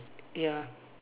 ya